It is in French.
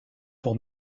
pour